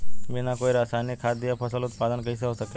बिना कोई रसायनिक खाद दिए फसल उत्पादन कइसे हो सकेला?